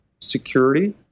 security